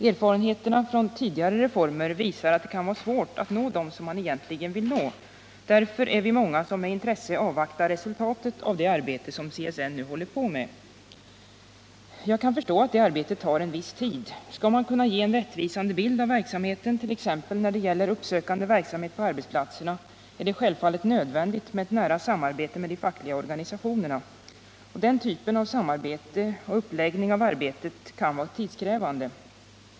Erfarenheterna från tidigare reformer visar att det kan vara svårt att nå dem som man egentligen vill nå. Därför är vi många som med intresse avvaktar resultatet av det arbete som CSN nu håller på med. Jag kan förstå att arbetet tar viss tid. Skall man kunna ge en rättvisande bild av verksamheten, t.ex. när det gäller uppsökande verksamhet på arbetsplatserna, är det självfallet nödvändigt med ett nära samarbete med de fackliga organisationerna. Den typen av samarbete och uppläggning av arbetet kan vara tidskrävande.